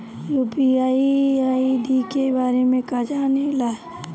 UPI ID के बारे में का जाने ल?